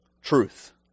truth